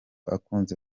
akunze